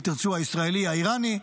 ואם תרצו הישראלי איראני,